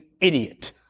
idiot